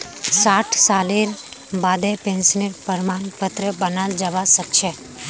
साठ सालेर बादें पेंशनेर प्रमाण पत्र बनाल जाबा सखछे